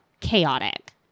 chaotic